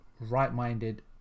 right-minded